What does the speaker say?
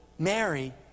Mary